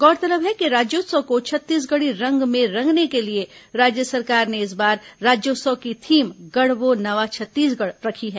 गौरतलब है कि राज्योत्सव को छत्तीसगढ़ी रंग में रंगने के लिए राज्य सरकार ने इस बार राज्योत्सव की थीम गढ़वो नवा छत्तीसगढ़ रखी है